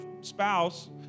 spouse